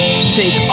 Take